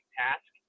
task